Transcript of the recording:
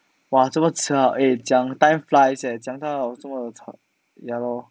!wah! 怎么迟啊都 eh 讲 ten plus leh 讲到那个这么 ya lor